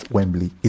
Wembley